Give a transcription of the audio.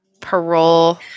parole